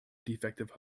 defective